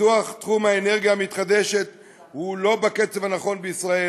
שפיתוח תחום האנרגיה המתחדשת הוא לא בקצב הנכון בישראל